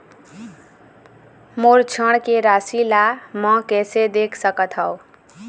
मोर ऋण के राशि ला म कैसे देख सकत हव?